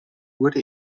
wurde